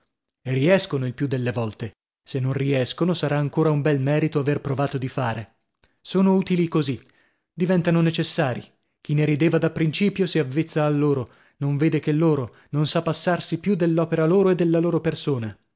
e riescono il più delle volte se non riescono sarà ancora un bel merito aver provato di fare sono utili così diventano necessarii chi ne rideva da principio si avvezza a loro non vede che loro non sa passarsi più dell'opera loro e della loro persona